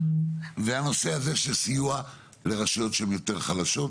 והנושא הזה של סיוע לרשויות שהן יותר חלשות